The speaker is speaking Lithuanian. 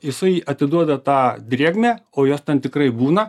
jisai atiduoda tą drėgmę o jos ten tikrai būna